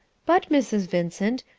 but, mrs. vincent,